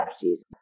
season